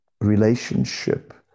relationship